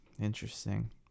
interesting